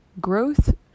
growth